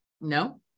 No